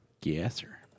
gasser